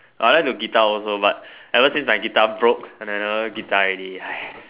I like to guitar also but ever since my guitar broke I like never guitar already